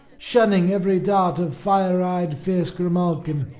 shunning every dart of fire-eyed fierce grimalkin.